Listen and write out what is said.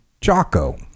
Jocko